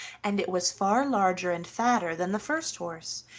and it was far larger and fatter than the first horse,